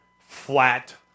flat